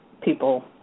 people